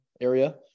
area